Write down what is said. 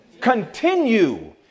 Continue